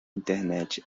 internet